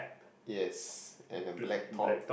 yes in the black pot